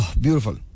beautiful